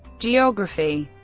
geography